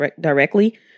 directly